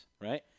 Right